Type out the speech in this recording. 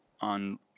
on